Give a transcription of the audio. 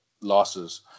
losses